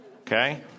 okay